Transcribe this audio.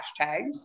hashtags